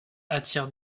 attirent